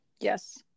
Yes